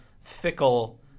fickle